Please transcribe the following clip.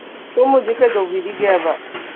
ꯁꯣꯝ ꯍꯧꯖꯤꯛ ꯀꯩꯗꯧꯕꯤꯔꯤꯒꯦ ꯍꯥꯏꯕ